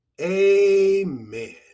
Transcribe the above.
Amen